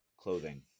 clothing